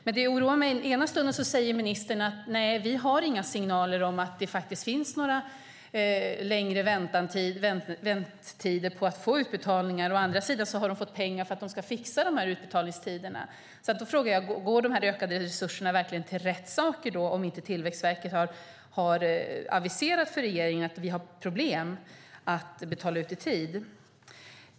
Men det oroar mig att å ena sidan säger ministern att man inte har några signaler om att det finns några längre väntetider för att få utbetalningar och att de å andra sidan har fått pengar för att de ska fixa utbetalningstiderna. Då frågar jag: Går de ökade resurserna verkligen till rätt saker om Tillväxtverket har aviserat för regeringen att de har problem med att betala ut i tid?